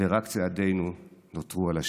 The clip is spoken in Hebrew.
ורק צעדינו נותרו על השביל".